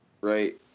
Right